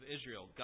Israel